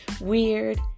weird